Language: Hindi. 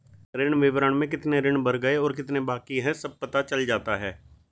ऋण विवरण में कितने ऋण भर गए और कितने बाकि है सब पता चल जाता है